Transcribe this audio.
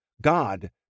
God